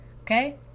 okay